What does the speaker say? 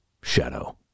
Shadow